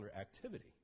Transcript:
activity